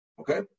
okay